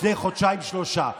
לפני חודשיים שלושה.